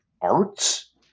arts